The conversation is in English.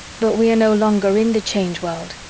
but we are no longer in the change world,